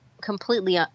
completely